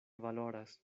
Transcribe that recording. valoras